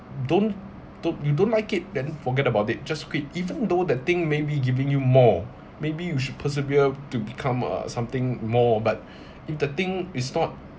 don't don't you don't like it then forget about it just quit even though that thing maybe giving you more maybe you should persevere to become uh something more but if the thing is not